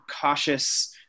cautious